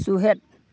ᱥᱩᱦᱮᱫ